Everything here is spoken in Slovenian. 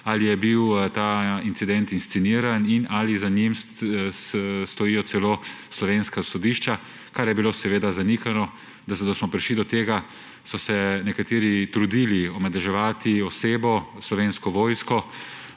ali je bil ta incident insceniran in ali za njim stojijo celo slovenska sodišča, kar je bilo seveda zanikano. Prišli smo do tega, da so se nekateri trudili omadeževati osebo, Slovensko vojsko,